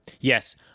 Yes